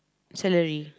salary